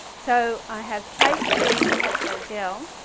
so i have placed the impasto gel.